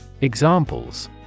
Examples